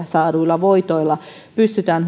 saaduilla voitoilla pystytään